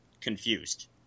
confused